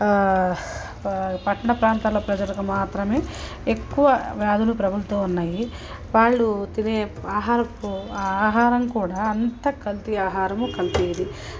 పట్టణ ప్రాంతల్లో ప్రజలకు మాత్రమే ఎక్కువ వ్యాధులు ప్రభులుతూ ఉన్నాయి వాళ్ళు తినే ఆహారపు ఆహారం కూడా అంతా కల్తీ ఆహారము కల్తీది